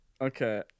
okay